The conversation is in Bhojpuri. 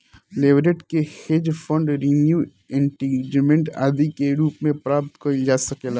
लेवरेज के हेज फंड रिन्यू इंक्रीजमेंट आदि के रूप में प्राप्त कईल जा सकेला